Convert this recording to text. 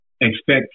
expect